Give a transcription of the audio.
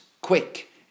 quick